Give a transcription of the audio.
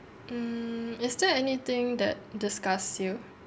mm is there anything that disgusts you